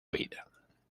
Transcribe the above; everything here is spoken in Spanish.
vida